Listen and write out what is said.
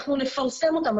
אנחנו נפרסם אותם,